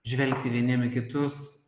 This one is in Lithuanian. žvelgti vieniem į kitus